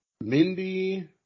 Mindy